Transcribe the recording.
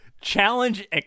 Challenge